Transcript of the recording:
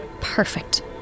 Perfect